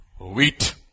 wheat